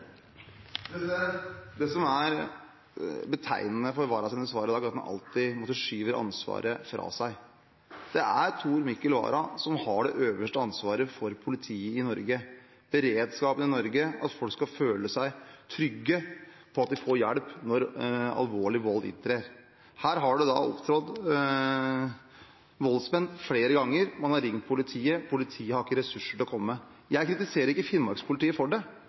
Det som er betegnende for statsråd Varas svar i dag, er at han på en måte alltid skyver ansvaret fra seg. Det er Tor Mikkel Vara som har det øverste ansvaret for politiet i Norge, for beredskapen i Norge, for at folk skal føle seg trygge på at de får hjelp når alvorlig vold inntreffer. Her har man opplevd voldsmenn flere ganger, man har ringt politiet – politiet har ikke hatt ressurser til å komme. Jeg kritiserer ikke Finnmark-politiet for det,